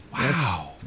Wow